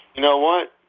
you know what?